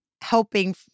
helping